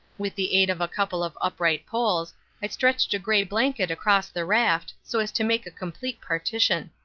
with the aid of a couple of upright poles i stretched a grey blanket across the raft so as to make a complete partition.